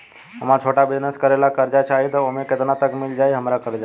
हमरा छोटा बिजनेस करे ला कर्जा चाहि त ओमे केतना तक मिल जायी हमरा कर्जा?